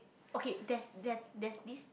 okay there's there there's this